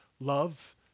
love